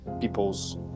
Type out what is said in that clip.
people's